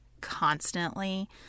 constantly